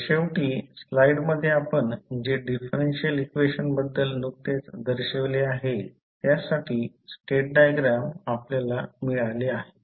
तर शेवटी स्लाइडमध्ये आपण जे डिफरेन्शियल इक्वेशन बद्दल नुकतेच दर्शविले आहे त्यासाठी स्टेट डायग्राम आपल्याला मिळाले आहे